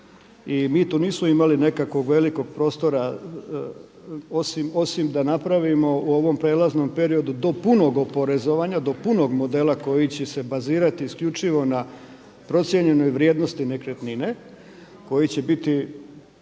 i mi tu nismo imali nekakvog velikog prostora osim da napravimo u ovom prijelaznom periodu do punog oporezovanja, do punog modela koji će se bazirati isključivo na procijenjenoj vrijednosti nekretnine koji će biti